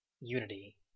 Unity